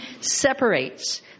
separates